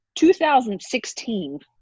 2016